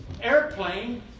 airplane